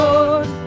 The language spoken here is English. Lord